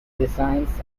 designs